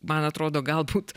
man atrodo galbūt